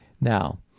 now